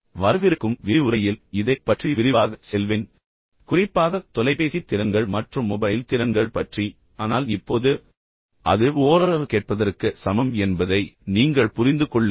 வரவிருக்கும் விரிவுரையில் இதைப் பற்றி விரிவாகச் செல்வேன் குறிப்பாக தொலைபேசி திறன்கள் மற்றும் மொபைல் திறன்கள் பற்றி ஆனால் இப்போது அது ஓரளவு கேட்பதற்கு சமம் என்பதை நீங்கள் புரிந்து கொள்ளுங்கள்